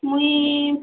ମୁଇଁ